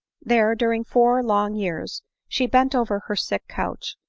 there, during four long years, she bent over her sick couch,